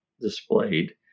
displayed